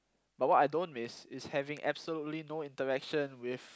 but what I don't miss is having absolutely no interaction with